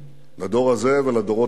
לדור הזה ולדורות הבאים,